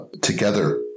together